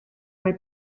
mae